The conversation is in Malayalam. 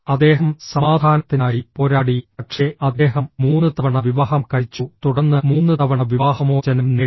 അദ്ദേഹം സമാധാനത്തിനായി പോരാടി പക്ഷേ അദ്ദേഹം മൂന്ന് തവണ വിവാഹം കഴിച്ചു തുടർന്ന് മൂന്ന് തവണ വിവാഹമോചനം നേടി